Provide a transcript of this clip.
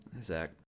Zach